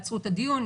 עצרו את הדיון,